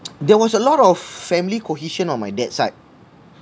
there was a lot of family cohesion on my dad's side